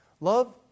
Love